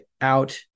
out